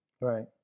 Right